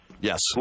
Yes